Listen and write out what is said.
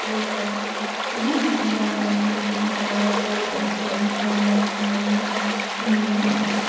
छ होइन government hospital पनि छ प्राइभेट हस्पिटल पनि छ नर्सिङ होम अनि